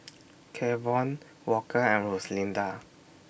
Kevon Walker and Rosalinda